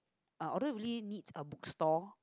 although we really need a bookstore